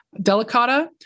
Delicata